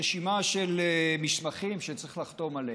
רשימה של מסמכים שצריך לחתום עליהם.